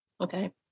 Okay